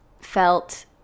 felt